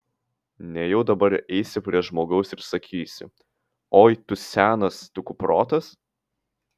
nejau dabar eisi prie žmogaus ir sakysi oi tu senas tu kuprotas